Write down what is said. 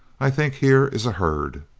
i think here is a herd.